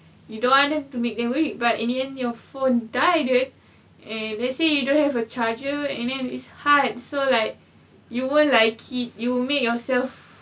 you don't want to make them worry but in the end your phone died and let's say you don't have a charger it's hard so like you won't like it you make yourself